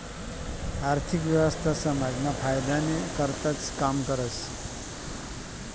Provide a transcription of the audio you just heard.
आर्थिक व्यवस्था समाजना फायदानी करताच काम करस